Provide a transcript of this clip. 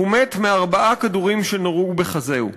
הוא מת מארבעה כדורים שנורו בחזהו.